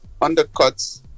undercuts